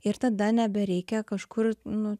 ir tada nebereikia kažkur nu